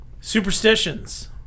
Superstitions